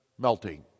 melting